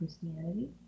Christianity